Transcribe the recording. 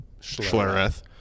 Schlereth